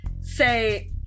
say